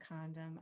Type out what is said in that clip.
condom